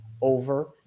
over